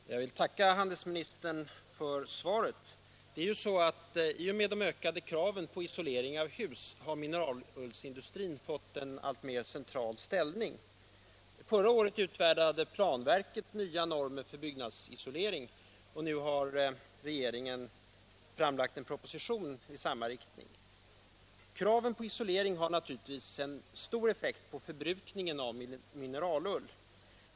Herr talman! Jag vill tacka handelsministern för svaret. I och med att kraven på isolering av hus ökat har mineralullsindustrin fått en alltmer central ställning. Förra året utfärdade planverket nya normer för byggnadsisolering, och nu har regeringen framlagt en proposition i samma riktning. Kraven på isolering har naturligtvis stor effekt på förbrukningen av mineralull.